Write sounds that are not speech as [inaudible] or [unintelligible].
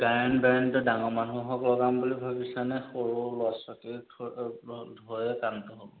গায়ন বায়নটো ডাঙৰ মানুহক লগাম বুলি ভাবিছানে সৰু ল'ৰা ছোৱালীক [unintelligible] ধৰে কামটো হ'ব